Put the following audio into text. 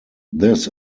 this